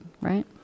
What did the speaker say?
right